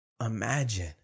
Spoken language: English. Imagine